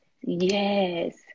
yes